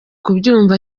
kubyumva